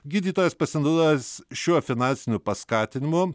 gydytojas pasinaudojęs šiuo finansiniu paskatinimu